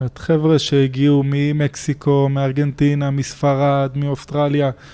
ואת חבר'ה שהגיעו ממקסיקו, מארגנטינה, מספרד, מאוסטרליה